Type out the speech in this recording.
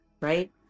right